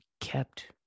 kept